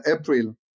April